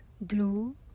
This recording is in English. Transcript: blue